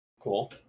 Cool